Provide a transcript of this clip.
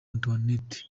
antoinette